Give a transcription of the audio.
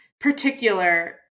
particular